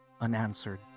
unanswered